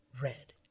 red